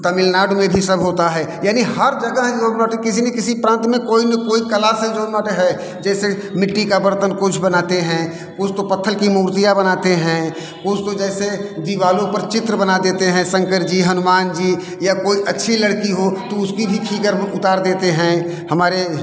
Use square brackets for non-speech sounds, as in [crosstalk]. तमिलनाडु में भी सब होता है यानि हर जगह ही वह [unintelligible] किसी न किसी प्रांत में कोई न कोई कला से जो मठ है जैसे मिट्टी का बर्तन कुछ बनाते हैं कुछ तो पत्थर की मूर्तियाँ बनाते हैं कुछ तो जैसे दीवारों पर चित्र बना देते हैं शंकर जी हनुमान जी या कोई अच्छी लड़की हो तो उसकी भी फिगर उतार देते हैं हमारे